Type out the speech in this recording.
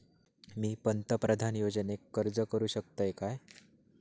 मी पंतप्रधान योजनेक अर्ज करू शकतय काय?